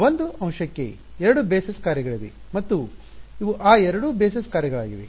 ಒಂದು ಅಂಶಕ್ಕೆ ಎರಡು ಆಧಾರ ಬೆಸಸ್ ಕಾರ್ಯಗಳಿವೆ ಮತ್ತು ಇವು ಆ ಎರಡು ಆಧಾರ ಬೆಸಸ್ ಕಾರ್ಯಗಳಾಗಿವೆ